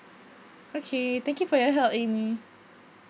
okay thank you for your help Amy